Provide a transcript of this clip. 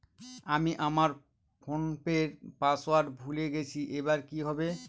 আমি আমার ফোনপের পাসওয়ার্ড ভুলে গেছি এবার কি হবে?